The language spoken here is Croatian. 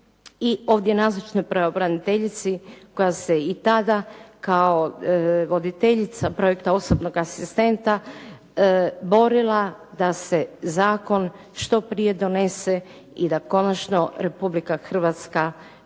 ovdje nazočnoj pravobraniteljici koja se i tada kao voditeljica projekta osobnog asistenta borila da se zakon što prije donese i da konačno Republika Hrvatska